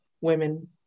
women